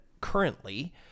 currently